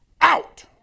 out